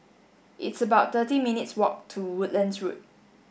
it's about thirty minutes' walk to Woodlands Road